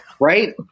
right